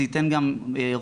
זה ייתן גם רוגע